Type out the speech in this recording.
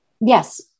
Yes